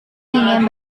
ingin